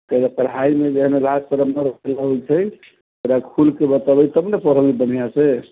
कथिलएकि पढ़ाइ मे जे है न लाज शरम न होइ छै थोड़ा खुल बतेबै तब ने पढेबै बनिहा से